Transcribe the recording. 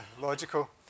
logical